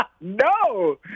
No